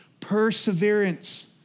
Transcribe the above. Perseverance